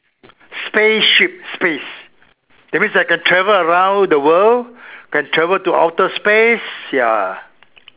spaceship space that means I can travel around the world can travel to outer space ya